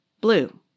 blue